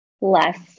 less